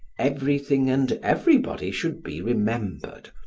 everything and everybody should be remembered,